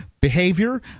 behavior